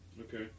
okay